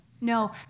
No